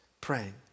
praying